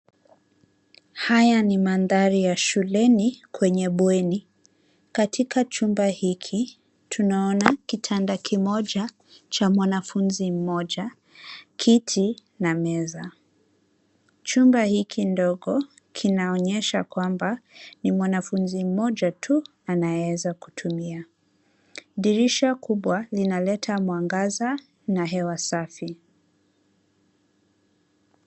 Haya ni mandhari ya shuleni kwenye bweni. Katika chumba hiki tunaona kitanda kimoja cha mwanafunzi mmoja, kiti na meza. Chumba hiki ndogo kinaonyesha kwamba ni mwanafunzi mmoja tu anayeweza kutumia. Dirisha kubwa linaleta mwangaza na hewa safi.